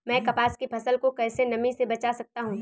मैं कपास की फसल को कैसे नमी से बचा सकता हूँ?